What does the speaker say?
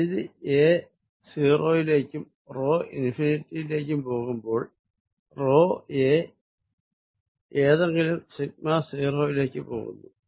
പരിധി എ 0 യിലേക്കും rho infinity യിലേക്കും പോകുമ്പോൾ റോ എ ഏതെന്കിലും സിഗ്മ 0 യിലേക്ക് പോകുന്നു